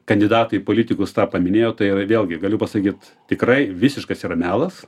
kandidatai į politikus tą paminėjo tai yra vėlgi galiu pasakyt tikrai visiškas yra melas